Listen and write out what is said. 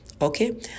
Okay